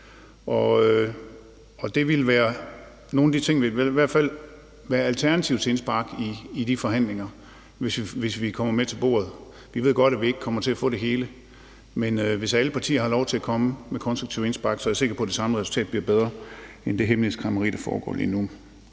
nogle af de ting, der vil være Alternativets indspark i de forhandlinger, hvis vi kommer med til bordet. Vi ved godt, at vi ikke kommer til at få det hele, men hvis alle partier har lov til at komme med konstruktive indspark, er jeg sikker på, at det samlede resultat bliver bedre end med det hemmelighedskræmmeri, der foregår lige nu.